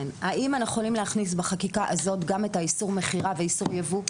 האם אנחנו יכולים להכניס בחקיקה הזאת גם את איסור המכירה ואיסור ייבוא?